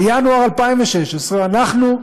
בינואר 2016 אנחנו,